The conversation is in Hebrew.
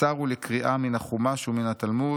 קצר הוא לקריאה מן החומש ומן התלמוד,